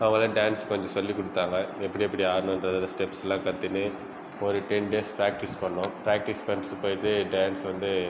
அவங்களாக dance கொஞ்சோம் சொல்லி கொடுத்தாங்க எப்படி எப்படி ஆடணுன்ற அந்த ஸ்டெப்ஸ்லா கற்றுன்னு ஒரு டென் டேஸ் ப்ராக்ட்டிஸ் பண்ணோம் ப்ராக்ட்டிஸ் பண்ணிட்டு போயிட்டு டான்ஸ் வந்து